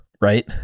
right